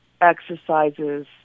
exercises